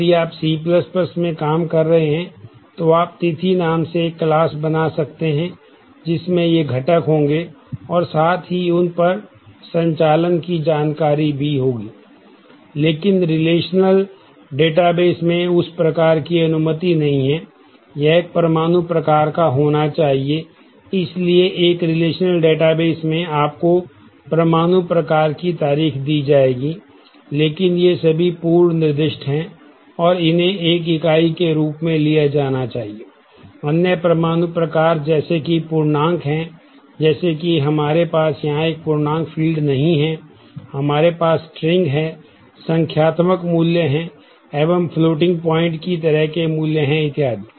यदि आप C में काम कर रहे हैं तो आप तिथि नाम से एक क्लास की तरह के मूल्य हैं इत्यादि